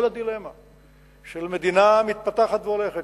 כל הדילמה של מדינה מתפתחת והולכת